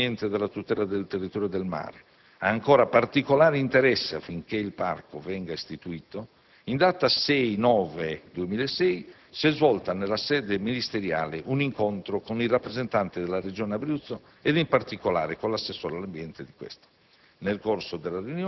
che il Ministero dell'ambiente e della tutela del territorio e del mare ha ancora particolare interesse affinché il Parco venga istituito, in data 6 settembre 2006 si è svolta nella sede ministeriale un incontro con i rappresentanti della Regione Abruzzo ed in particolare con l'assessore all'ambiente di questa.